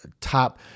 top